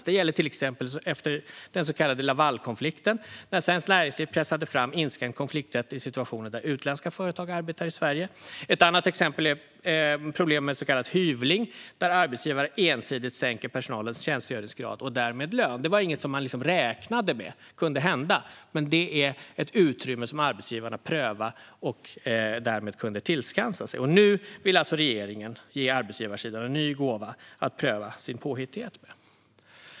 Det gällde till exempel efter den så kallade Lavalkonflikten, när Svenskt Näringsliv pressade fram inskränkt konflikträtt i situationer där utländska företag arbetar i Sverige. Ett annat exempel är problemen med så kallad hyvling, där arbetsgivare ensidigt sänker personalens tjänstgöringsgrad och därmed deras lön. Det var ingenting som man räknade med kunde hända, men det är ett utrymme som arbetsgivarna prövade och därmed kunde tillskansa sig. Nu vill alltså regeringen ge arbetsgivarsidan en ny gåva att pröva sin påhittighet med.